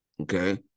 okay